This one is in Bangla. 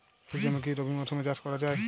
সুর্যমুখী কি রবি মরশুমে চাষ করা যায়?